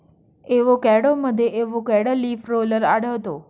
एवोकॅडोमध्ये avocado leaf roller आढळतो